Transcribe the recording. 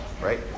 right